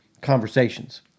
conversations